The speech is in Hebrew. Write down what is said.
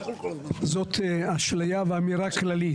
זאת אשליה ואמירה כללית.